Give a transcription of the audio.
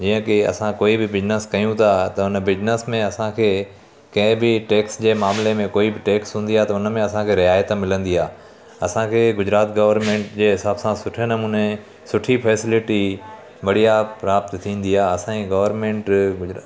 जीअं की असां कोई बि बिज़नेस कयूं था त हुन बिज़नेस में असांखे कंहिं बि टैक्स जे मामले में कोई बि टैक्स हूंदी आहे त हुनमें असांखे रिआयत मिलंदी आहे असांखे गुजरात गवर्नमेंट जे हिसाब सां सुठे नमूने सुठी फैसलिटी बढ़िया प्राप्त थींदी आहे असांजी गवर्नमेंट गुजरात